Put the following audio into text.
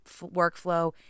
workflow